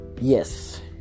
yes